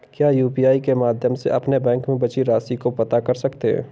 क्या यू.पी.आई के माध्यम से अपने बैंक में बची राशि को पता कर सकते हैं?